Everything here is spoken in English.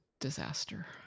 disaster